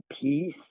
peace